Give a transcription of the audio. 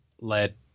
Let